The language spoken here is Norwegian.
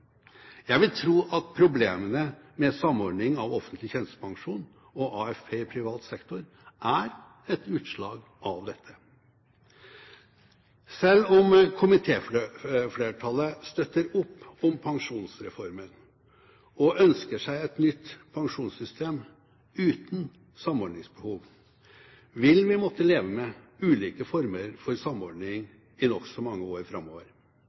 Jeg vil tro at problemene med samordning av offentlig tjenestepensjon og AFP i privat sektor er et utslag av dette. Selv om komitéflertallet støtter opp om Pensjonsreformen og ønsker seg et nytt pensjonssystem uten samordningsbehov, vil vi måtte leve med ulike former for samordning i nokså mange år framover.